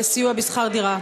לסיוע בשכר דירה.